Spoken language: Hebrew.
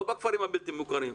לא בכפרים הבלתי מוכרים,